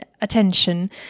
attention